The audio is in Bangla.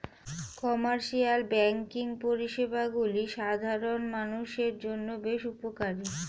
কমার্শিয়াল ব্যাঙ্কিং পরিষেবাগুলি সাধারণ মানুষের জন্য বেশ উপকারী